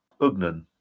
Ugnan